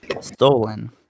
stolen